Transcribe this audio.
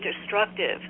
destructive